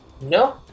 No